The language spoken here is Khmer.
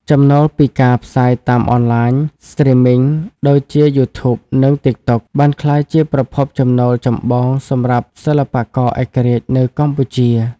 ចំណូលពីការផ្សាយតាមអនឡាញ Streaming ដូចជា YouTube និង TikTok បានក្លាយជាប្រភពចំណូលចម្បងសម្រាប់សិល្បករឯករាជ្យនៅកម្ពុជា។